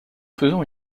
faisons